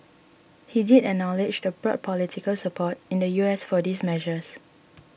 he did acknowledge the broad political support in the U S for these measures